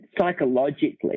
psychologically